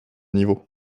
niveau